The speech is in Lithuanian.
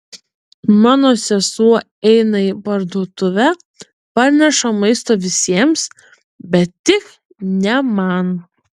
mano sesuo eina į parduotuvę parneša maisto visiems bet tik ne man